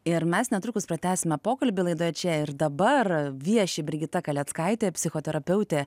ir mes netrukus pratęsime pokalbį laidoje čia ir dabar vieši brigita kaleckaitė psichoterapeutė